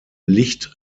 licht